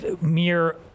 mere